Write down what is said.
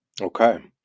Okay